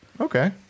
Okay